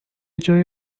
جای